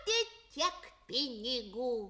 gauti tiek pinigų